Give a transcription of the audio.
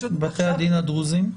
ובתי הדין הדרוזיים?